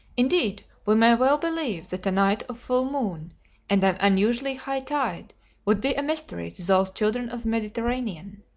indeed, we may well believe that a night of full moon and an unusually high tide would be a mystery to those children of the mediterranean.